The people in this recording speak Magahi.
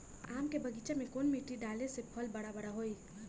आम के बगीचा में कौन मिट्टी डाले से फल बारा बारा होई?